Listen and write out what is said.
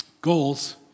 Goals